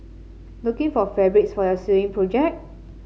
looking for fabrics for your sewing project